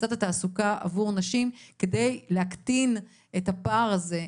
תפיסת התעסוקה עבור נשים כדי להקטין את הפער הזה.